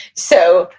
so,